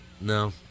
No